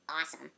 awesome